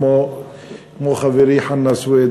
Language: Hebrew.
כמו חברי חנא סוייד,